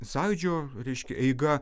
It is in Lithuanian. sąjūdžio reiškia eiga